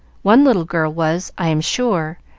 one little girl was, i am sure,